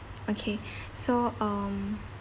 okay so um